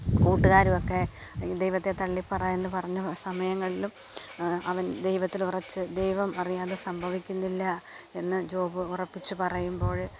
കൂട്ടുകാരും ഒക്കെ ദൈവത്തെ തള്ളിപ്പറയുവെന്ന് പറഞ്ഞ സമയങ്ങളിലും അവൻ ദൈവത്തിൽ ഉറച്ച് ദൈവം അറിയാതെ സംഭവിക്കുന്നില്ല എന്നു ജോബ് ഉറപ്പിച്ച് പറയുമ്പോൾ